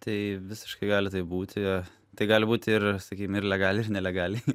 tai visiškai gali taip būti tai gali būti ir sakykim ir legaliai ir nelegaliai